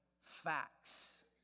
facts